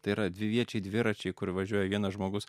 tai yra dviviečiai dviračiai kur važiuoja vienas žmogus